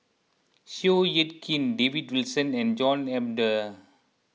Seow Yit Kin David Wilson and John Eber